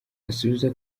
asubiza